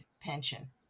pension